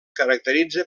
caracteritza